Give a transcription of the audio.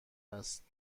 است